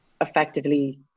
effectively